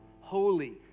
holy